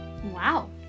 Wow